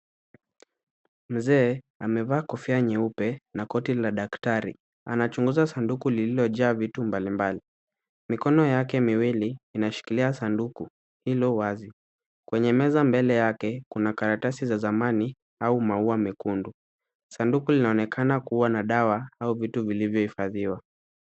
Mzee amevaa kofia nyeupe na koti la daktari anachunguza sanduku lililojaa vitu mbalimbali. Mikono yake miwili inashikilia sanduku hilo wazi. Kwenye meza mbele yake kuna karatasi za zamani au maua mekundu. Sanduku linaonekana kuwa na dawa au vitu vilivyohifadhiwa.